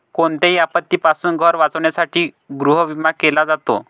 कोणत्याही आपत्तीपासून घर वाचवण्यासाठी गृहविमा केला जातो